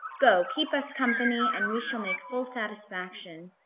go keep us company, and we shall make full satisfaction.